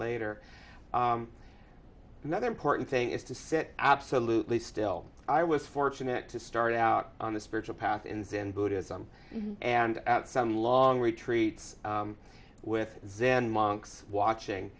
later another important thing is to set absolutely still i was fortunate to start out on a spiritual path in zen buddhism and at some long retreats with zen monks watching